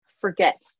Forget